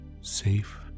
safe